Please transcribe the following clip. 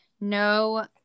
no